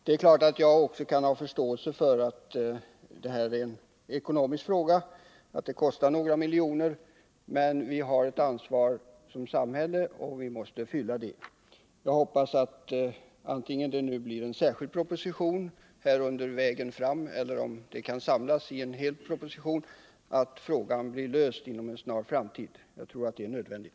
Det är klart att jag också kan ha förståelse för att det här är en ekonomisk fråga, att det kostar några miljoner att genomföra det hela — men vi har ett ansvar från samhällets sida och vi måste ta det ansvaret. Jag hoppas att frågan — vare sig den tas uppi en särskild proposition eller ingår i en mer omfattande proposition — kan bli löst inom en snar framtid. Jag tror att det är nödvändigt.